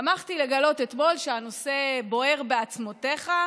שמחתי לגלות אתמול שהנושא בוער בעצמותיך,